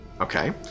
Okay